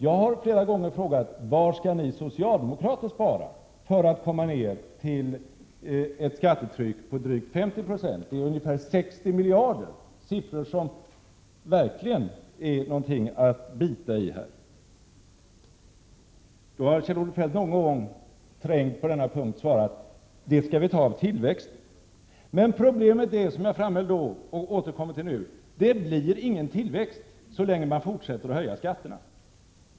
Jag har flera gånger frågat: Var skall ni socialdemokrater spara för att komma ned till ett skattetryck på drygt 50 96, dvs. ungefär 60 miljarder, siffror som verkligen är någonting att bita i? Då har Kjell-Olof Feldt någon gång, trängd på denna punkt, svarat att det skall vi ta av tillväxten. Men problemet är, som jag framhöll då och återkommer till nu, att det inte blir någon tillväxt så länge man fortsätter att höja skatterna.